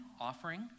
offering